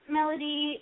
Melody